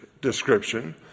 description